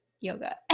yoga